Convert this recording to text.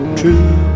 true